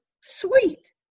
Sweet